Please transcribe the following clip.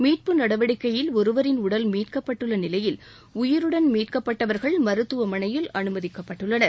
மீட்பு நடவடிக்கையில் ஒருவரின் உடல் மீட்கப்பட்டுள்ள நிலையில் உயிருடன் மீட்கப்பட்டவர்கள் மருத்துவமனையில் அனுமதிக்கப்பட்டுள்ளனர்